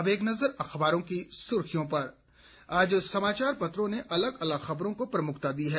अब एक नज़र अखबारों की सुर्खियों पर आज समाचार पत्रों ने अलग अलग खबरों को प्रमुखता दी है